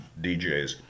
DJs